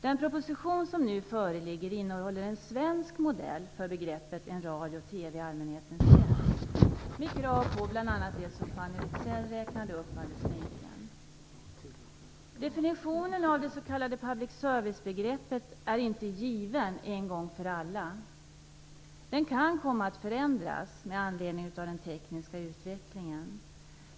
Den proposition som nu föreligger innehåller en svensk modell för begreppet en radio och TV i allmänhetens tjänst med krav på bl.a. det som Fanny Rizell räknade upp alldeles nyligen. Definitionen av det s.k. public service-begreppet är inte given en gång för alla. Den kan komma att förändras med anledning av den tekniska utvecklingen.